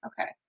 Okay